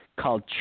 Called